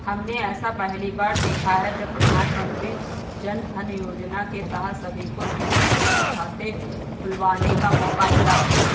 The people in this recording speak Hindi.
हमने ऐसा पहली बार देखा है जब प्रधानमन्त्री जनधन योजना के तहत सभी को जीरो बैलेंस खाते खुलवाने का मौका मिला